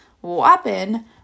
whopping